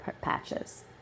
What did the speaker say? patches